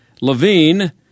Levine